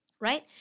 right